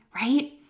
right